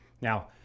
Now